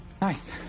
Nice